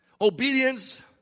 obedience